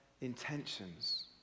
intentions